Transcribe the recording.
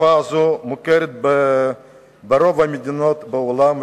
התופעה הזאת מוכרת ברוב המדינות בעולם,